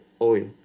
oil